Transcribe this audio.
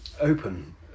open